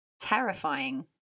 terrifying